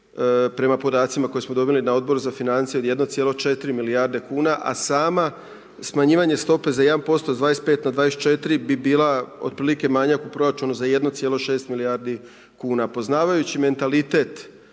prema podacima koje smo dobili na Odboru na financije od 1,4 milijarde kuna, a sama smanjivanje stope za 1% s 25 na 24 bi bila otprilike manjak u proračunu za 1,6 milijardi kuna. Poznavajući mentalitet